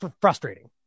frustrating